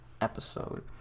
episode